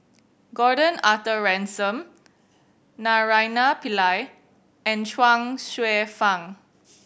Gordon Arthur Ransome Naraina Pillai and Chuang Hsueh Fang